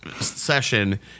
Session